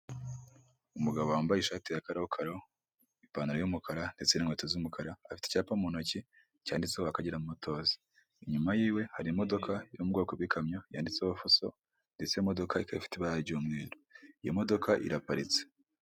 Umugabo wambaye ishati ya karokaro ipantaro y'umukara ndetse n'inkweto z'umukara, afite icyapa mu ntoki cyanditseho Akagera motozi, inyuma y'iwe hari imodoka yo mu bwoko bw'ikamyo yanditseho fuso ndetse imodoka ikaba ifite ibara ry' umweru iyo modoka iraparitse.